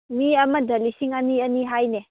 ꯃꯤ ꯑꯃꯗ ꯂꯤꯁꯤꯡ ꯑꯅꯤ ꯑꯅꯤ ꯍꯥꯏꯅꯦ